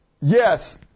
yes